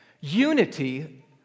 Unity